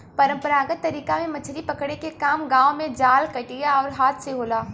परंपरागत तरीका में मछरी पकड़े के काम गांव में जाल, कटिया आउर हाथ से होला